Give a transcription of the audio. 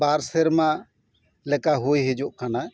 ᱵᱟᱨ ᱥᱮᱨᱢᱟ ᱞᱮᱠᱟ ᱦᱩᱭ ᱦᱤᱡᱩᱜ ᱠᱟᱱᱟ